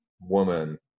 woman